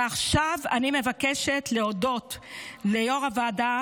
ועכשיו אני מבקשת להודות ליו"ר הוועדה